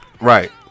Right